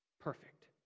perfect